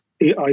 AI